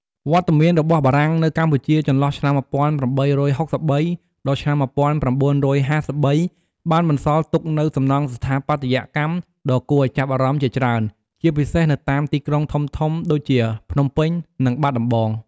វត្តមានរបស់បារាំងនៅកម្ពុជាចន្លោះឆ្នាំ ១៨៦៣ ដល់ ១៩៥៣ បានបន្សល់ទុកនូវសំណង់ស្ថាបត្យកម្មដ៏គួរឱ្យចាប់អារម្មណ៍ជាច្រើន ជាពិសេសនៅតាមទីក្រុងធំៗដូចជាភ្នំពេញ និងបាត់ដំបង។